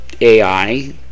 ai